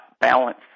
balance